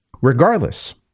regardless